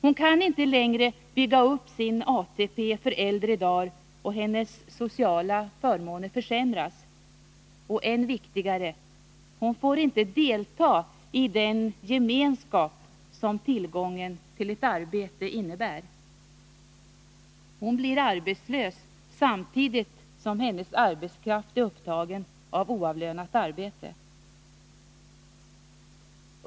Hon kan inte längre bygga upp sin ATP för äldre dagar, och hennes sociala förmåner försämras. Och än viktigare: hon får inte delta i den gemenskap som tillgången till ett arbete innebär. Hon blir arbetslös samtidigt som hennes arbetskraft är upptagen av oavlönat arbete.